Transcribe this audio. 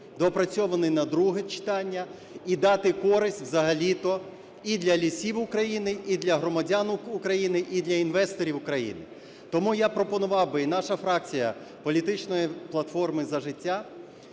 доопрацьований на друге читання, і дати користь взагалі-то і для лісів України, і для громадян України, і для інвесторів України. Тому я пропонував би, і наша фракція "Політичної платформи – За життя"